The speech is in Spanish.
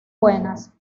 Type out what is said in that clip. buenas